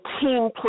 team